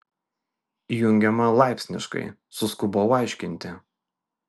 įjungiama laipsniškai suskubau aiškinti